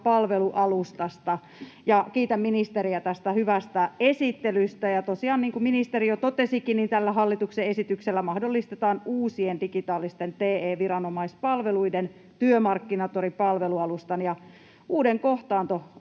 palvelualustasta, ja kiitän ministeriä hyvästä esittelystä. Tosiaan, niin kuin ministeri jo totesikin, tällä hallituksen esityksellä mahdollistetaan uusien digitaalisten TE-viranomaispalveluiden, Työmarkkinatori-palvelualustan ja uuden